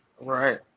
Right